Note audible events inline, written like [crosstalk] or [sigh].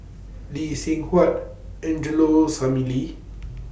Lee Seng Huat Angelo Sanelli [noise]